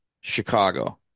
Chicago